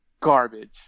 garbage